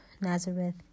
Nazareth